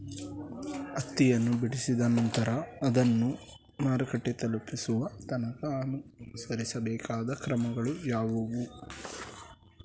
ಹತ್ತಿಯನ್ನು ಬಿಡಿಸಿದ ನಂತರ ಅದನ್ನು ಮಾರುಕಟ್ಟೆ ತಲುಪಿಸುವ ತನಕ ಅನುಸರಿಸಬೇಕಾದ ಕ್ರಮಗಳು ಯಾವುವು?